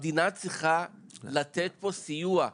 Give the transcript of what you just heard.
המדינה צריכה לתת פה סיוע.